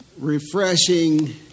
refreshing